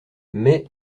mais